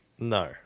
No